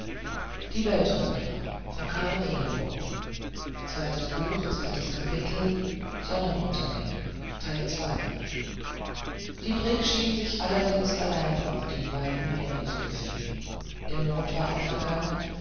die brigg schien sich allerdings allein auf dem weiten meere zu befinden der mond war aufgegangen